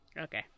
Okay